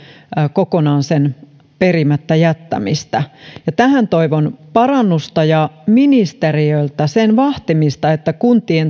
kokonaan sen perimättä jättämistä tähän toivon parannusta ja ministeriöltä sen vahtimista että kuntien